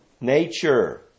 nature